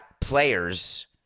players